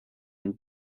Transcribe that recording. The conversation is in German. den